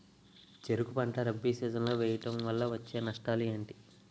చెరుకు పంట రబీ సీజన్ లో వేయటం వల్ల వచ్చే నష్టాలు ఏంటి?